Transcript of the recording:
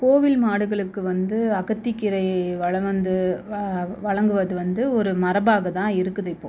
கோவில் மாடுகளுக்கு வந்து அகத்திக்கீரையை வல வந்து வ வழங்குவது வந்து ஒரு மரபாக தான் இருக்குது இப்போது